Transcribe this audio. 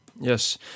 Yes